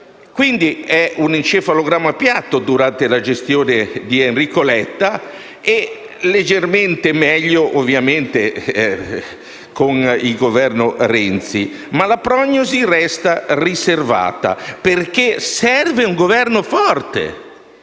cento. È un encefalogramma piatto durante la gestione di Enrico Letta e leggermente migliore con il Governo Renzi, ma la prognosi resta riservata perché serve un Governo forte.